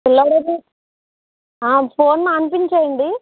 పిల్లవాడికి ఆ ఫోన్ మానిపించేయండి